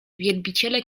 wielbiciele